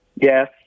Yes